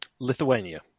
Lithuania